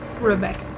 Rebecca